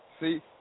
See